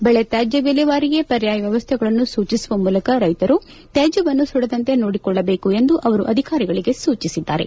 ಬೆಳೆ ತ್ಲಾಜ್ಞ ವಿಲೇವಾರಿಗೆ ಪರ್ಯಾಯ ವ್ಯವಸ್ಥೆಗಳನ್ನು ಸೂಚಿಸುವ ಮೂಲಕ ರೈತರು ತ್ಲಾಜ್ಞವನ್ನು ಸುಡದಂತೆ ನೋಡಿಕೊಳ್ಟಬೇಕು ಎಂದು ಅವರು ಅಧಿಕಾರಿಗಳಿಗೆ ಸೂಚಿಸಿದ್ದಾರೆ